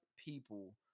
people